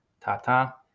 Ta-ta